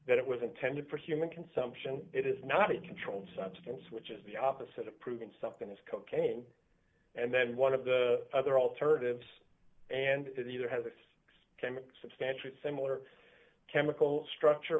that it was intended for human consumption it is not a controlled substance which is the opposite of proving something as cocaine and then one of the other alternatives and it either has a substantially similar chemical structure